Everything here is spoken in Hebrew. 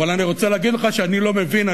אבל אני רוצה להגיד לך שאני לא מבין.